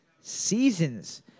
seasons